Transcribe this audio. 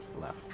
left